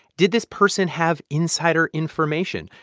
did this person have insider information?